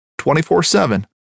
24-7